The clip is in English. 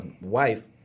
wife